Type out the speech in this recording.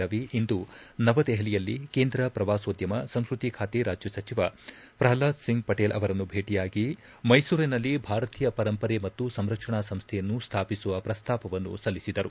ರವಿ ಇಂದು ನವದೆಪಲಿಯಲ್ಲಿ ಕೇಂದ್ರ ಪ್ರವಾಸೋದ್ಯಮ ಸಂಸ್ಟತಿ ಖಾತೆ ರಾಜ್ಯ ಸಚಿವ ಪ್ರಹ್ಲಾದ್ ಸಿಂಗ್ ಪಟೇಲ್ ಅವರನ್ನು ಭೇಟಯಾಗಿ ಮೈಸೂರಿನಲ್ಲಿ ಭಾರತೀಯ ಪರಂಪರೆ ಮತ್ತು ಸಂರಕ್ಷಣಾ ಸಂಸ್ಥೆಯನ್ನು ಸ್ಥಾಪಿಸುವ ಪ್ರಸ್ತಾಪವನ್ನು ಸಲ್ಲಿಸಿದರು